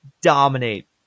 dominate